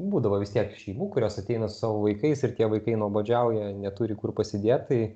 būdavo vis tiek šeimų kurios ateina su vaikais ir tie vaikai nuobodžiauja neturi kur pasidėt tai